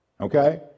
Okay